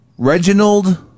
Reginald